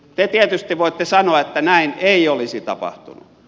te tietysti voitte sanoa että näin ei olisi tapahtunut